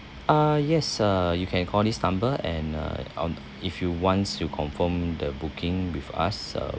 uh yes uh you can call this number and uh on if you wants to confirm the booking with us uh